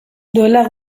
duela